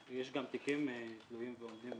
יש גם תיקים תלויים ועומדים